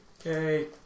Okay